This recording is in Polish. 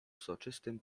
soczystym